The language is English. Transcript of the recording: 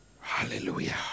hallelujah